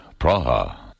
Praha